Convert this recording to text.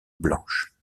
blanche